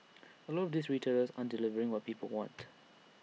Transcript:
A lot of these retailers aren't delivering what people want